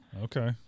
okay